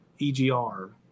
EGR